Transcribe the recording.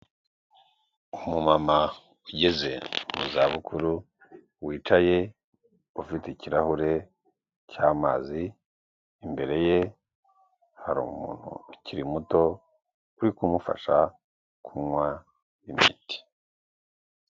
Umumama ugeze mu za bukuru, wicaye ufite ikirahure cy'amazi imbere ye hari umuntu ukiri muto uri kumufasha kunywa imiti.